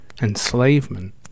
Enslavement